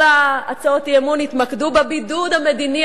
כל הצעות האי-אמון התמקדו בבידוד המדיני